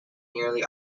nearly